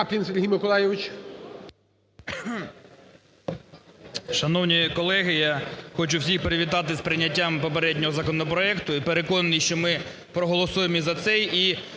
Шановні колеги, я хочу всіх привітати з прийняттям попереднього законопроекту, і переконаний, що ми проголосуємо і за це,